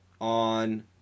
on